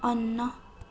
अन्न